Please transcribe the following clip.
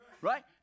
Right